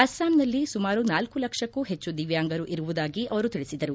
ಅಸ್ಪಾಂನಲ್ಲಿ ಸುಮಾರು ನಾಲ್ಲು ಲಕ್ಷಕ್ಕೂ ಹೆಚ್ಚು ದಿವ್ಲಾಂಗರು ಇರುವುದಾಗಿ ಅವರು ತಿಳಿಸಿದರು